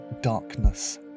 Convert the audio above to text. darkness